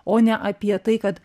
o ne apie tai kad